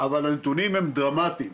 אבל הנתונים הם דרמטיים.